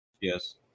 Yes